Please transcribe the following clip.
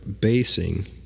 basing